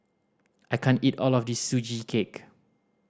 I can't eat all of this Sugee Cake